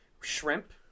shrimp